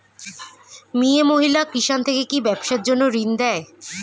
মিয়ে মহিলা কিষান থেকে কি ব্যবসার জন্য ঋন দেয়?